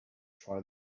try